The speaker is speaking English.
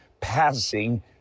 passing